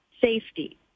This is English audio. safety